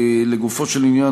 לגופו של עניין,